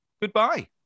Goodbye